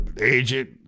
agent